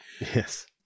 Yes